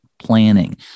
planning